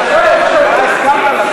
לא היה מקולקל.